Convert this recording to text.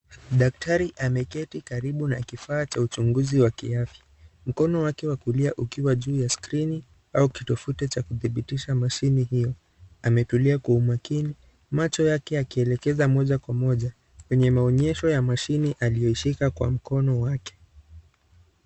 Daktari ameketi karibu na kifaa cha uchunguzi wa kiafya mkono wake wa kulia ukiwa juu ya skrini au kitovuti cha kudhibitisha mashine hoyo ametulia kwa umakini macho yake yakielekeza moja kwa moja kwenye maonyesho ya mashine aliyo ishika kwa mkono wake.